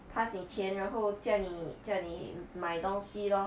pass 你钱然后叫你叫你卖东西 lor